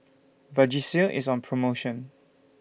Vagisil IS on promotion